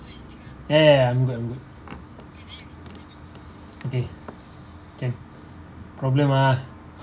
ya ya ya I'm good I'm good okay can problem ah